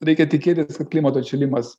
reikia tikėtis kad klimato atšilimas